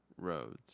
roads